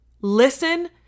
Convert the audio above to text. listen